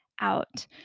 out